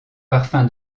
parfum